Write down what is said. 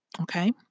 Okay